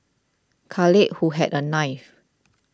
Khalid who had a knife